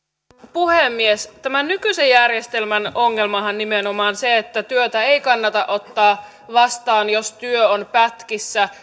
puhemies tämän nykyisen järjestelmän ongelmahan on nimenomaan se että työtä ei kannata ottaa vastaan jos työ on pätkissä